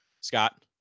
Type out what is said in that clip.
Scott